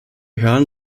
hören